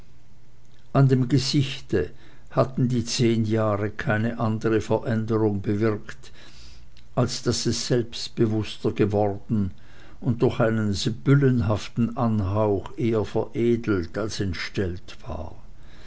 an dem gesichte hatten die zehn jahre keine andere veränderung bewirkt als daß es selbstbewußter geworden und durch einen sibyllenhaften anhauch eher veredelt als entstellt war